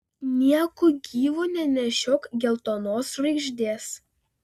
nieku gyvu nenešiok geltonos žvaigždės